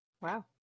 Wow